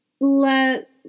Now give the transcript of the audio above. let